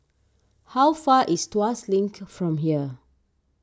how far is Tuas Link from here